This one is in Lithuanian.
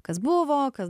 kas buvo kas